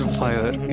fire